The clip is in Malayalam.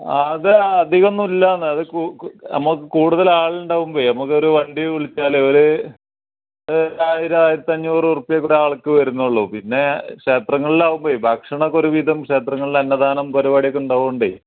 ആ അത് അധികം ഒന്നുമില്ല എന്ന് അത് കു കു നമുക്ക് കൂടുതൽ ആൾ ഉണ്ടാവുമ്പോഴേ നമുക്ക് ഒരു വണ്ടി വിളിച്ചാലേ ഒരു ഒരു ആയിരം ആയിരത്തഞ്ഞൂറ് രൂപയേ ഒരാൾക്ക് വരുന്നുളളൂ പിന്നെ ക്ഷേത്രങ്ങളിൽ ആവുമ്പോഴേ ഭക്ഷണം ഒക്കെ ഒരുവിധം ക്ഷേത്രങ്ങളിൽ അന്നദാനം പരിപാടി ഒക്കെ ഉണ്ടാവുന്നോണ്ടേ